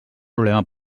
problema